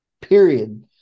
period